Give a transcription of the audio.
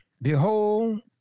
Behold